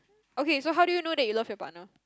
okay so how do you know that you love your partner